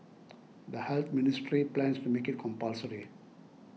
the Health Ministry plans to make it compulsory